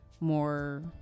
more